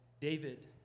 David